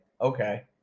okay